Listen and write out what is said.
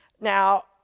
Now